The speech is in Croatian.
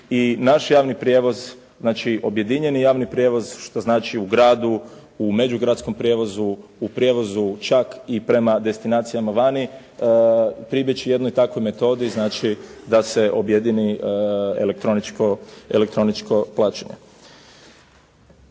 znači objedinjeni javni prijevoz, što znači u gradu u međugradskom prijevozu, u prijevozu čak i prema destinacijama vani, pribjeći jednoj takvoj metodi, znači da se objedini elektroničko plaćanje.